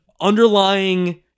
underlying